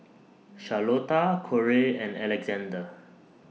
Charlotta Corey and Alexander